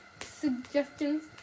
suggestions